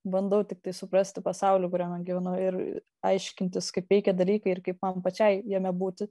bandau tiktai suprasti pasaulį kuriame gyvenu ir aiškintis kaip veikia dalykai ir kaip man pačiai jame būti